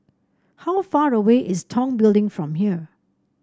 how far away is Tong Building from here